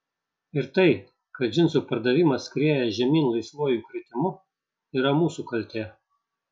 ir tai kad džinsų pardavimas skrieja žemyn laisvuoju kritimu yra mūsų kaltė